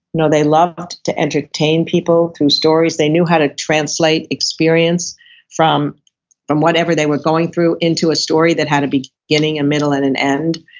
you know they loved to entertain people through stories, they knew how to translate experience from from whatever they were going through into a story that had a beginning, a middle, and an end.